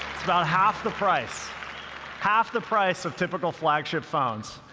about half the price half the price of typical flagship phones.